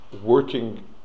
working